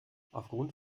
aufgrund